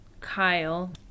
Kyle